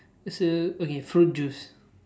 it's uh okay fruit juice